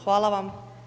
Hvala vam.